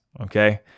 Okay